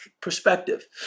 perspective